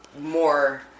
more